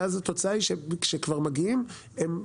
התוצאה היא שכבר מגיעים אנשים,